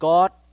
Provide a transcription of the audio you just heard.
God